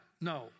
No